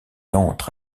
entre